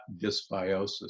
dysbiosis